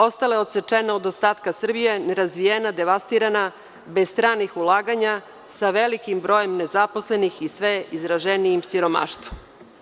Ostala je odsečena od ostatka Srbije, nerazvijena, devastirana, bez stranih ulaganja sa velikim brojem nezaposlenih i sve izraženijim siromaštvom.